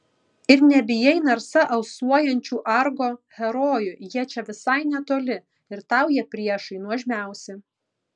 ir nebijai narsa alsuojančių argo herojų jie čia visai netoli ir tau jie priešai nuožmiausi